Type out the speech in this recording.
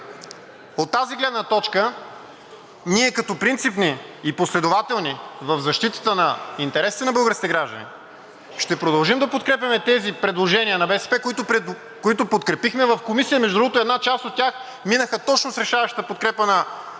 От тази гледна точка, ние, като принципни и последователни в защитата на интересите на българските граждани, ще продължим да подкрепяме тези предложения на БСП, които подкрепихме в Комисията. Между другото, една част от тях минаха точно с решаващата подкрепа на тримата